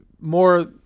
more